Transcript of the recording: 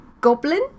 goblin